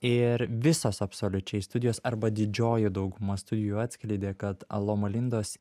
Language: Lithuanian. ir visos absoliučiai studijos arba didžioji dauguma studijų atskleidė kad loma lindos